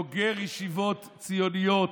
בוגר ישיבות ציוניות,